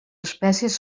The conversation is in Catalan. espècies